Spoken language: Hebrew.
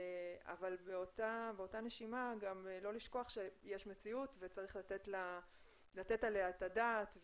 באותה נשימה לא לשכוח שיש מציאות וצריך לתת עליה את הדעת.